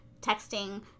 texting